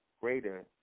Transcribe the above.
greater